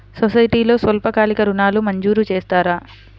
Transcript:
సొసైటీలో స్వల్పకాలిక ఋణాలు మంజూరు చేస్తారా?